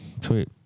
Sweet